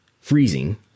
freezing